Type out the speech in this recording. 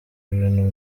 ibintu